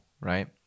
right